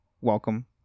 welcome